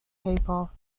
paper